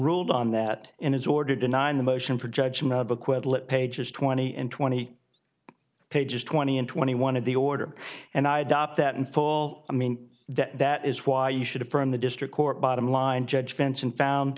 ruled on that in his order denying the motion for judgment of acquittal at pages twenty and twenty pages twenty and twenty one of the order and i adopt that in full i mean that that is why you should have from the district court bottom line judge fence and found